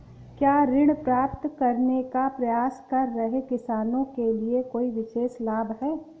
क्या ऋण प्राप्त करने का प्रयास कर रहे किसानों के लिए कोई विशेष लाभ हैं?